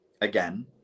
again